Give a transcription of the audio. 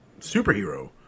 superhero